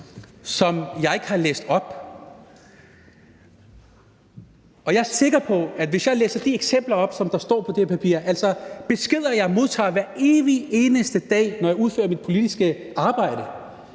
som jeg ikke har læst op. Og hvis jeg læser de eksempler op, som står på det papir – altså, det er beskeder, jeg modtager hver evig eneste dag, når jeg udfører mit politiske arbejde